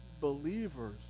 believers